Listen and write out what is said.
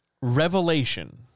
revelation